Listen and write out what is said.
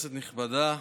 כנסת נכבדה,